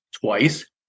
twice